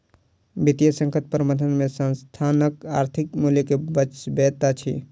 वित्तीय संकट प्रबंधन में संस्थानक आर्थिक मूल्य के बचबैत अछि